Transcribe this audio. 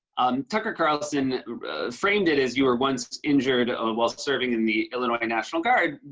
um tucker carlson framed it as you were once injured while serving in the illinois national guard,